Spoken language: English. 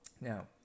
Now